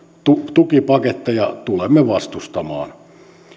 tukipaketteja tulemme vastustamaan